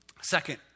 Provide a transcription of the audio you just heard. Second